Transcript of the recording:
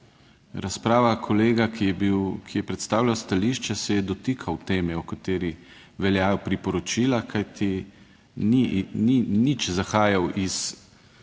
razprava, kolega, ki je predstavljal stališče, se je dotikal teme o kateri veljajo priporočila kajti ni nič zahajal iz